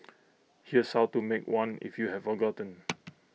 here's how to make one if you have forgotten